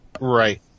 Right